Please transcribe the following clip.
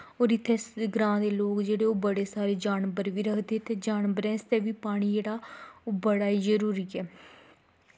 होर इत्थें ग्रांऽ दे लोक जेह्ड़े ओह् बड़े सारे जानवर बी रखदे ते जानवरें आस्तै बी पानी जेह्ड़ा ओह् बड़ा ई जरूरी ऐ